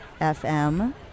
fm